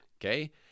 Okay